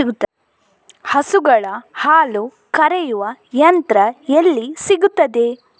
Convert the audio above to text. ಹಸುಗಳ ಹಾಲು ಕರೆಯುವ ಯಂತ್ರ ಎಲ್ಲಿ ಸಿಗುತ್ತದೆ?